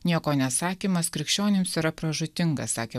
nieko nesakymas krikščionims yra pražūtinga sakė